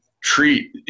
treat